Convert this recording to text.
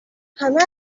همه